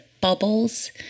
bubbles